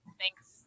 thanks